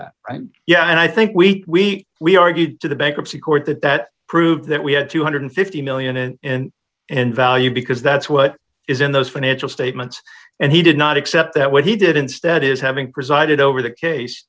that yeah and i think we we argued to the bankruptcy court that that proved that we had two hundred and fifty million and and and value because that's what is in those financial statements and he did not accept that what he did instead is having presided over the case